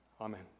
Amen